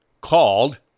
called